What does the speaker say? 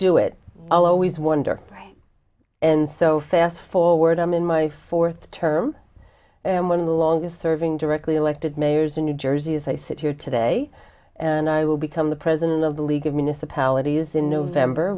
do it i'll always wonder why and so fast forward i'm in my fourth term and one of the longest serving directly elected mayors in new jersey is i sit here today and i will become the president of the league of municipalities in november